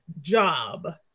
job